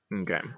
Okay